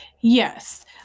yes